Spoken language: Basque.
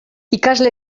ikasle